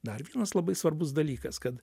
dar vienas labai svarbus dalykas kad